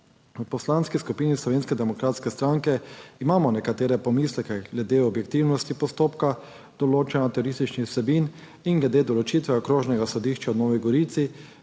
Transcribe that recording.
V Poslanski skupini Slovenske demokratske stranke imamo nekatere pomisleke glede objektivnosti postopka določanja terorističnih vsebin in glede določitve Okrožnega sodišča v Novi Gorici